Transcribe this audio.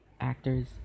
actors